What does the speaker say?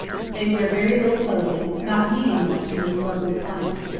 they wear very little clothing, not needing much in this lovely climate.